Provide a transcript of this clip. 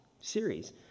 series